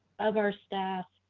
of our staff